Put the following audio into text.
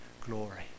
glory